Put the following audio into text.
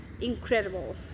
incredible